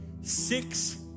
Six